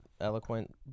eloquent